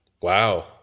Wow